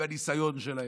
עם הניסיון שלהם,